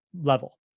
level